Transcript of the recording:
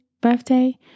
birthday